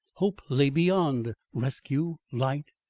hope lay beyond, rescue, light.